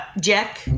Jack